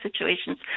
situations